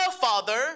Father